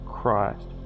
christ